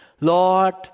Lord